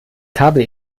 kabel